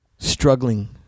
Struggling